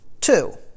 Two